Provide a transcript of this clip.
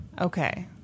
Okay